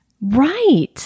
Right